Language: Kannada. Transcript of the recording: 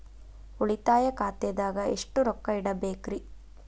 ಉಳಿತಾಯ ಖಾತೆದಾಗ ಎಷ್ಟ ರೊಕ್ಕ ಇಡಬೇಕ್ರಿ?